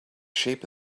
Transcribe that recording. shape